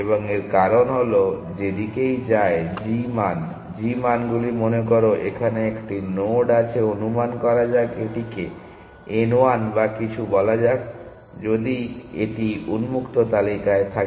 এবং এর কারণ হল যে দিকেই যায় g মান g মানগুলি মনে করো এখানে একটি নোড আছে অনুমান করা যাক এটিকে n 1 বা কিছু বলা যাক যদি এটি উন্মুক্ত তালিকায় থাকে